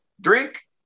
drink